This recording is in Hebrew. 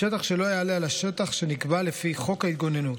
בשטח שלא יעלה על השטח שנקבע לפי חוק ההתגוננות,